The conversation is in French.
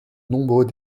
nombreux